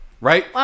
Right